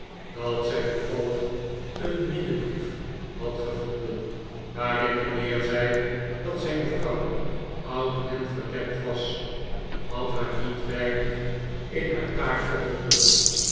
dat zij toevallig een minnebrief had gevonden waarin mijnheer zei dat zijn vrouw oud en verlept was had haar niet weinig in haar taak geholpen